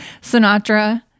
Sinatra